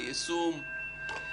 היישום.